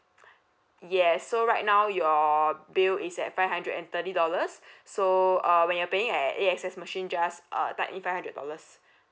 yes so right now your bill is at five hundred and thirty dollars so uh when you're paying at A_X_S machine just uh type in five hundred dollars